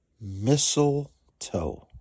mistletoe